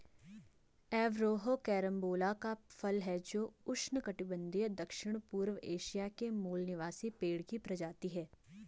Averrhoa carambola का फल है जो उष्णकटिबंधीय दक्षिणपूर्व एशिया के मूल निवासी पेड़ की प्रजाति है